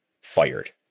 fired